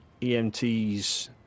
EMTs